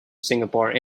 singapore